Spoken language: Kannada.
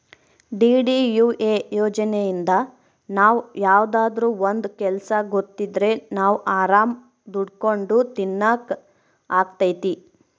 ಡಿ.ಡಿ.ಯು.ಎ ಯೋಜನೆಇಂದ ನಾವ್ ಯಾವ್ದಾದ್ರೂ ಒಂದ್ ಕೆಲ್ಸ ಗೊತ್ತಿದ್ರೆ ನಾವ್ ಆರಾಮ್ ದುಡ್ಕೊಂಡು ತಿನಕ್ ಅಗ್ತೈತಿ